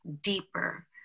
deeper